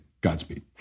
Godspeed